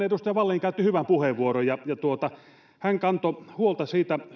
edustaja wallin käytti tuossa hyvän puheenvuoron hän kantoi huolta